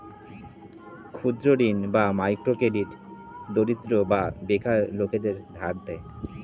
ক্ষুদ্র ঋণ বা মাইক্রো ক্রেডিট দরিদ্র বা বেকার লোকদের ধার দেয়